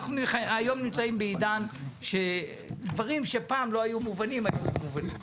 אנחנו נמצאים היום בעידן שדברים שפעם לא היו מובנים היום הם מובנים.